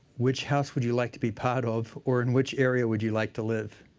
which house would you like to be part of, or in which area would you like to live?